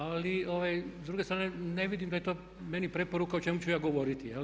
Ali s druge strane ne vidim da je to meni preporuka o čemu ću ja govoriti, jel?